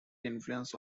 influence